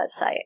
website